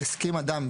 הסכים אדם,